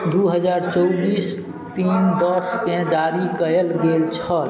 दुइ हजार चौबिस तीन दसकेँ जारी कएल गेल छल